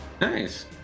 Nice